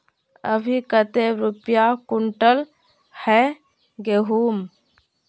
अभी कते रुपया कुंटल है गहुम?